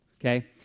okay